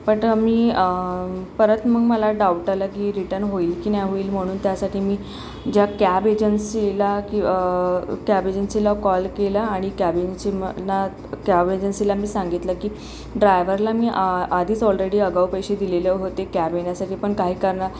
but मी परत मग मला डाऊट आला की रिटर्न होईल की नाही होईल म्हणून त्यासाठी मी ज्या कॅब एजन्सीला कॅब एजन्सीला कॉल केला आणि कॅब एजन्सीला कॅब एजन्सीला मी सांगितलं की ड्रायव्हरला मी आधीच ऑलरेडी आगाऊ पैसे दिलेले होते कॅब येण्यासाठी पण काही कारणा